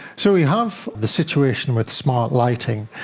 so we have the situation with smart lighting,